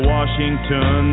Washington